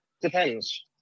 Depends